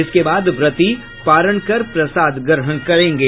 इसके बाद व्रती पारण कर प्रसाद ग्रहण करेंगे